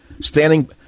standing